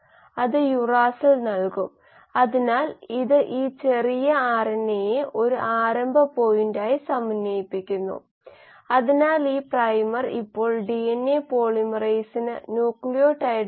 നമുക്ക് ആദ്യം extra cellular metabolite നിരക്കുകളിൽ നിന്നുള്ള ഇൻട്രാ സെല്ലുലാർ മെറ്റാബോലൈറ്റ് ഫ്ലക്സ് കണക്കാക്കൽ നോക്കാം